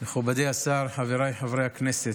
מכובדי השר, חבריי חברי הכנסת,